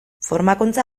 formakuntza